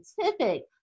scientific